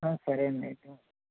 ఆ సరే అండి అయితే